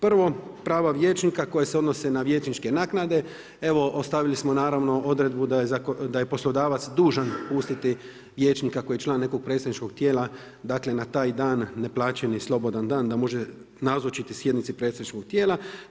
Prvo, prava vijećnika koja se odnose na vijećničke naknade evo ostavili smo naravno odredbu da je poslodavac dužan pustiti vijećnika koji je član nekog predstavničkog tijela, dakle na taj dan, neplaćeni slobodan dan da može nazočiti sjednici predsjedničkog tijela.